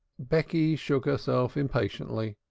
becky shook herself impatiently.